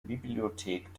bibliothek